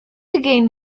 again